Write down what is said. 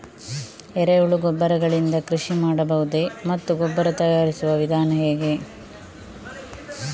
ಎರೆಹುಳು ಗೊಬ್ಬರ ಗಳಿಂದ ಕೃಷಿ ಮಾಡಬಹುದೇ ಮತ್ತು ಗೊಬ್ಬರ ತಯಾರಿಸುವ ವಿಧಾನ ಹೇಗೆ?